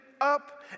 up